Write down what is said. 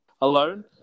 alone